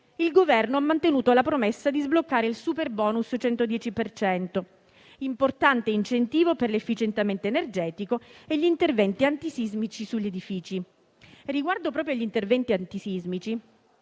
il Governo ha mantenuto la promessa di sbloccare il superbonus del 110 per cento, che è un importante incentivo per l'efficientamento energetico e gli interventi antisismici sugli edifici. Riguardo agli interventi antisismici,